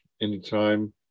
anytime